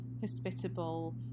hospitable